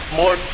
more